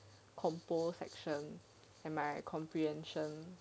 compo section and my comprehension